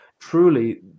truly